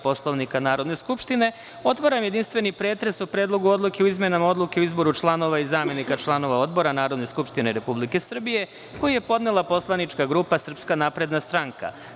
Poslovnika Narodne skupštine, otvaram jedinstveni pretres o Predlogu odluke o izmenama Odluke o izboru članova i zamenika članova odbora Narodne skupštine Republike Srbije, koji je podnela poslanička grupa SNS.